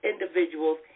individuals